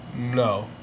no